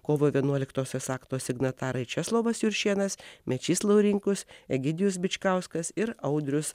kovo vienuoliktosios akto signatarai česlovas juršėnas mečys laurinkus egidijus bičkauskas ir audrius